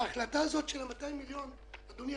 ההחלטה הזאת לגבי 200 מיליון שקל אדוני,